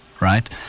Right